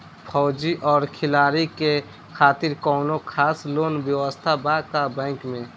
फौजी और खिलाड़ी के खातिर कौनो खास लोन व्यवस्था बा का बैंक में?